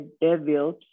devils